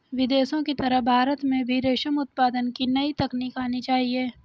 विदेशों की तरह भारत में भी रेशम उत्पादन की नई तकनीक आनी चाहिए